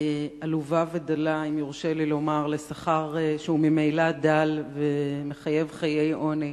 דלה לשכר שהוא ממילא דל ומחייב חיי עוני,